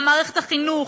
של מערכת החינוך,